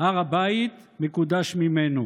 הר הבית מקודש ממנו,